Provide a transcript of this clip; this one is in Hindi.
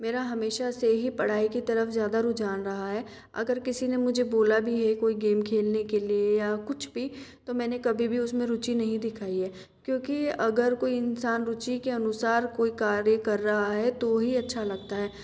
मेरा हमेशा से ही पढ़ाई की तरफ ज़्यादा रुझान रहा है अगर किसी ने मुझे बोला भी है कोई गेम खेलने के लिए या कुछ भी तो मैंने कभी भी उसमें रुचि नहीं दिखाई है क्योंकि अगर कोई इंसान रुचि के अनुसार कोई कार्य कर रहा है तो ही अच्छा लगता है